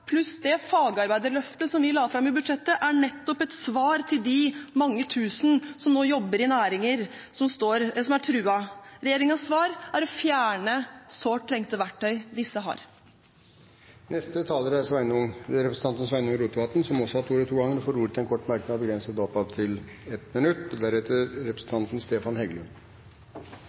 pluss det fagarbeiderløftet som vi la fram i vårt alternative budsjett, er nettopp et svar til de mange tusen som nå jobber i næringer som er truet. Regjeringens svar er å fjerne sårt trengte verktøy disse har. Representanten Sveinung Rotevatn har hatt ordet to ganger tidligere og får ordet til en kort merknad, begrenset til 1 minutt.